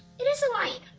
it is a light!